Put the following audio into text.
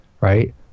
right